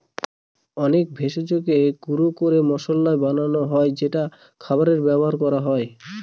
অনেক ভেষজকে গুঁড়া করে মসলা বানানো হয় যেটা খাবারে ব্যবহার করা হয়